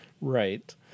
Right